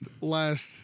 last